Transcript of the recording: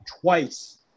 twice